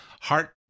heart